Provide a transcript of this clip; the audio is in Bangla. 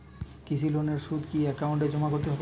কৃষি লোনের সুদ কি একাউন্টে জমা করতে হবে?